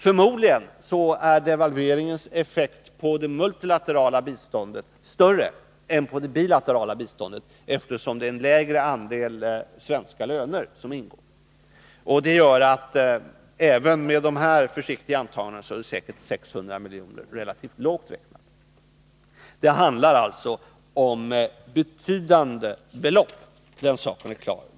Förmodligen är devalveringens effekt på det multilaterala biståndet större än på det bilaterala biståndet, eftersom där inte ingår svenska löner. Även med dessa försiktiga antaganden är 600 miljoner därför säkert relativt lågt räknat. Det handlar alltså om betydande belopp — den saken är klar.